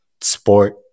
sport